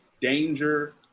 danger